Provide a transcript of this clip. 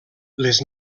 les